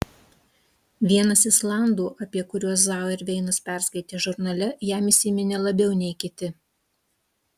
vienas islandų apie kuriuos zauerveinas perskaitė žurnale jam įsiminė labiau nei kiti